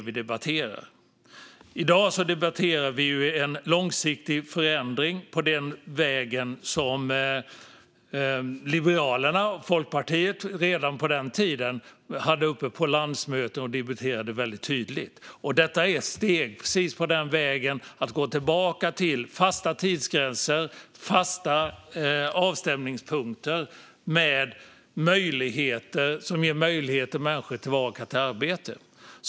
I dag debatterar vi en långsiktig förändring på den väg som Liberalerna och Folkpartiet redan på den tiden debatterade på landsmötet. Detta är steg på den vägen att gå tillbaka till fasta tidsgränser och fasta avstämningspunkter som ger människor möjligheter att komma tillbaka till arbete.